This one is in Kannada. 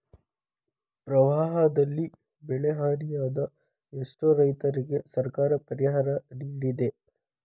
ಪ್ರವಾಹದಲ್ಲಿ ಬೆಳೆಹಾನಿಯಾದ ಎಷ್ಟೋ ರೈತರಿಗೆ ಸರ್ಕಾರ ಪರಿಹಾರ ನಿಡಿದೆ